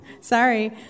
Sorry